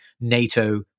NATO